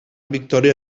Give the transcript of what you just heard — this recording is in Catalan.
victòria